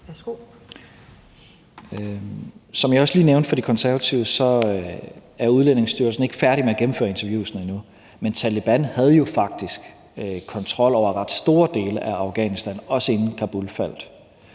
Som jeg også lige nævnte for De Konservatives ordfører, er Udlændingestyrelsen ikke færdig med at gennemføre interviewene endnu, men Taleban havde jo faktisk kontrol over ret store dele af Afghanistan – også inden Kabul faldt.